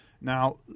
Now